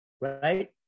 right